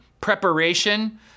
Preparation